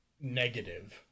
negative